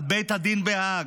על בית הדין בהאג,